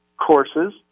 courses